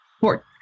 Four